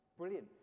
brilliant